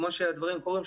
כמו שהדברים קורים,